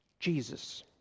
Jesus